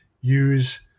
use